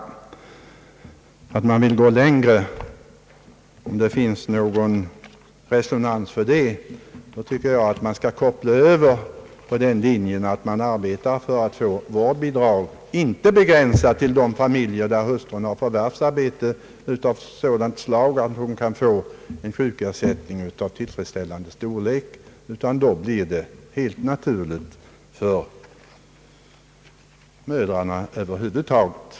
Vill man gå längre — om det finns någon resonans för det — tycker jag att man skall gå över på den linjen som syftar till att få fram förslag om vårdbidrag, inte begränsat till familjer där hustrun har förvärvsarbete av sådant slag att hon kan få sjukersättning av tillfredsställande storlek utan helt naturligt för mödrar över huvud taget.